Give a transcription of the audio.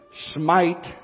smite